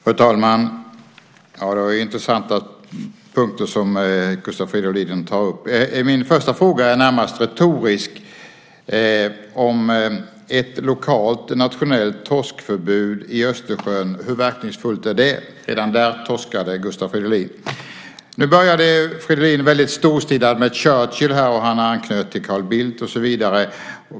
Fru talman! Det var intressanta punkter som Gustav Fridolin tog upp. Min första fråga är närmast retorisk. Hur verkningsfullt är ett lokalt nationellt torskförbud i Östersjön? Redan där torskade Gustav Fridolin. Nu började Fridolin väldigt storstilat med Churchill och anknöt till Carl Bildt och så vidare.